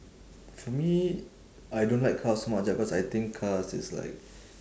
for me I don't like cars so much ah cause I think cars is like